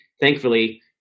thankfully